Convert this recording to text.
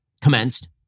commenced